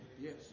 Yes